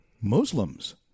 Muslims